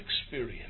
experience